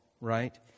right